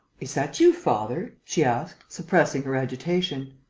is that you, father? she asked, suppressing her agitation.